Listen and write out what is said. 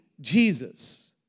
Jesus